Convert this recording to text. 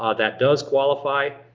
ah that does qualify.